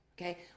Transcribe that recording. Okay